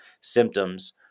symptoms